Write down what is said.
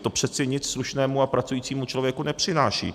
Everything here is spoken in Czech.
To přece nic slušnému a pracujícímu člověku nepřináší.